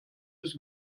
eus